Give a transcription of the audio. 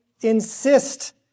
insist